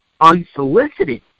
unsolicited